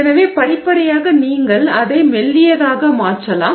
எனவே படிப்படியாக நீங்கள் அதை மெல்லியதாக மாற்றலாம்